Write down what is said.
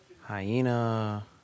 Hyena